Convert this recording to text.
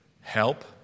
help